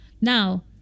Now